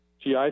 GI